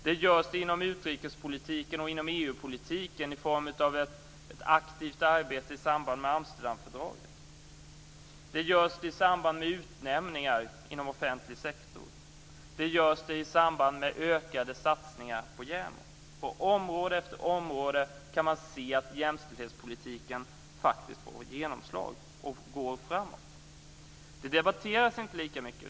Det görs satsningar inom utrikespolitiken och inom EU-politiken i form av ett aktivt arbete i samband med Amsterdamfördraget. Det görs satsningar i samband med utnämningar inom offentlig sektor. Det görs satsningar i samband med ökade satsningar på JämO. På område efter område kan man se att jämställdhetspolitiken faktiskt får genomslag och går framåt. Jämställdheten debatteras inte lika mycket.